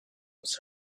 his